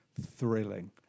thrilling